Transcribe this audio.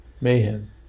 Mayhem